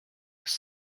was